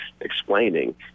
explaining